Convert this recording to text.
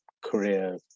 career